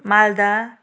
Malda